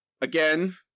Again